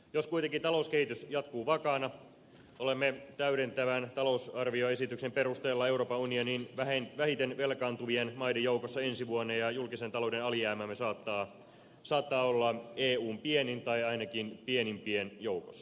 jos kuitenkin talouskehitys jatkuu vakaana olemme täydentävän talousarvioesityksen perusteella euroopan unionin vähiten velkaantuvien maiden joukossa ensi vuonna ja julkisen talouden alijäämämme saattaa olla eun pienin tai ainakin pienimpien joukossa